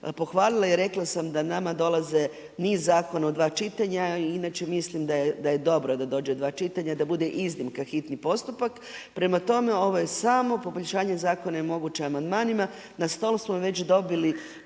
pohvalila i rekla sam da nama dolaze niz zakona u dva čitanja, inače mislim da je dobro da dođe dva čitanja, da bude iznimka hitni postupak, prema tome, ovo je samo poboljšanje zakona i moguće amandmanima. Na stol smo već dobili